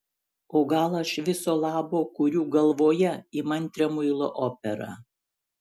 o gal aš viso labo kuriu galvoje įmantrią muilo operą